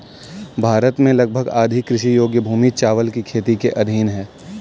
भारत में लगभग आधी कृषि योग्य भूमि चावल की खेती के अधीन है